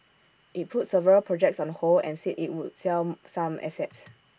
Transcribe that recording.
IT put several projects on hold and said IT would sell some assets